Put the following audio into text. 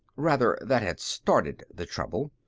rather, that had started the trouble.